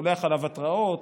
שולח עליו התראות,